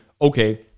okay